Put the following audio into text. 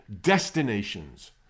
destinations